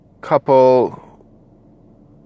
couple